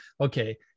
okay